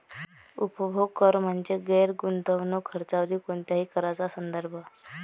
उपभोग कर म्हणजे गैर गुंतवणूक खर्चावरील कोणत्याही कराचा संदर्भ